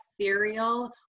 cereal